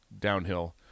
downhill